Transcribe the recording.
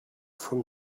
from